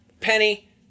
Penny